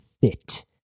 fit